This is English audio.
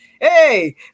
hey